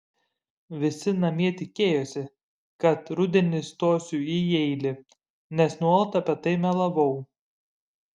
visi namie tikėjosi kad rudenį stosiu į jeilį nes nuolat apie tai melavau